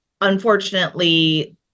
unfortunately